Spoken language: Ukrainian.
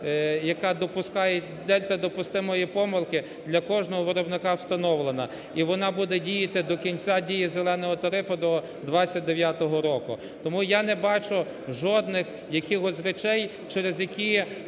яка допускає, дельта допустимої помилки, для кожного виробника встановлена. І вона буде діяти до кінця дії "зеленого" тарифу, до 29-го року. Тому я не бачу жодних якихось речей, через які